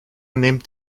nehmt